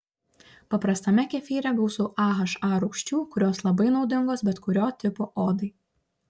paprastame kefyre gausu aha rūgščių kurios labai naudingos bet kurio tipo odai